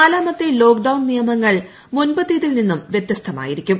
നാലാമത്തെ lockdown നിയമങ്ങൾ മുൻപത്തെതിൽ നിന്നും വ്യത്യസ്തമായിരിക്കും